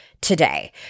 today